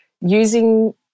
using